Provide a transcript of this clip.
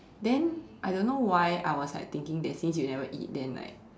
then I don't know why I was like thinking that since you never eat then like